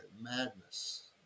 madness